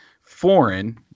foreign